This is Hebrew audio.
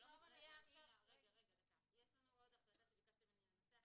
יש עוד החלטה שביקשתם מאתנו לנסח.